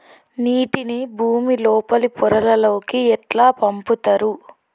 నీటిని భుమి లోపలి పొరలలోకి ఎట్లా పంపుతరు?